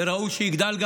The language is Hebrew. וגם ראוי שיגדל.